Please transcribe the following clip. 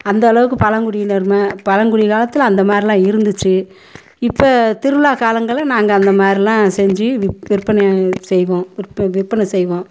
அந்த அளவுக்கு பழங்குடியினர் பழங்குடி காலத்தில் அந்த மாதிரிலாம் இருந்துச்சு இப்போ திருவிழா காலங்களில் நாங்கள் அந்த மாதிரிலாம் செஞ்சு விற் விற்பனை செய்வோம் விற்ப விற்பனை செய்வோம்